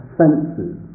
senses